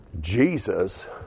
Jesus